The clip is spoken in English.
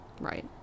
Right